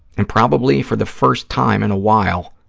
and probably for the first time in a while,